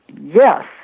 yes